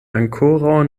ankoraŭ